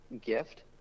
gift